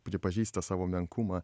pripažįsta savo menkumą